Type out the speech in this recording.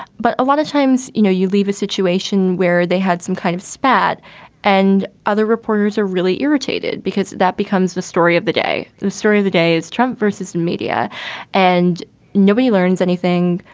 but a lot of times, you know, you leave a situation where they had some kind of spat and other reporters are really irritated because that becomes the story of the day. the story of the day, it's trump versus the and media and nobody learns anything.